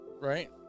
Right